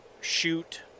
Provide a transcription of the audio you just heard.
shoot